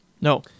No